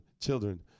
children